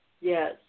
Yes